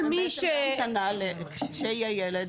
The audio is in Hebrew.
הם בעצם בהמתנה כשיהיה ילד.